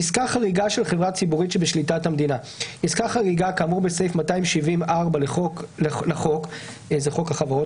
הוספת תקנות 2ב ו-2ג 2. אחרי